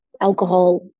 alcohol